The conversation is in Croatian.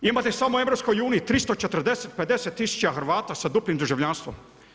Imate samo u EU 340, 50 000 Hrvata sa duplim državljanstvom.